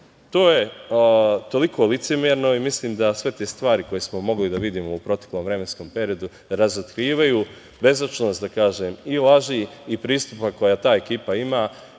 To je toliko licemerno i mislim da sve te stvari koje smo mogli da vidimo u proteklom vremenskom periodu razotkrivaju bezočnost i laži i pristupa koje ta ekipa ima. Ta